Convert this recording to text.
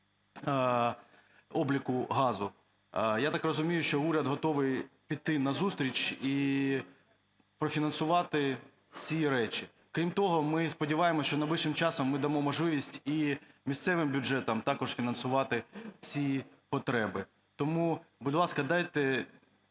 обліку газу. Я так розумію, що уряд готовий піти назустріч і профінансувати ці речі. Крім того, ми сподіваємось, що найближчим часом ми дамо можливість і місцевим бюджетам також фінансувати ці потреби. Тому, будь ласка, дайте